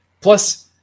plus